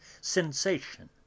SENSATION